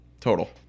Total